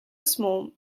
small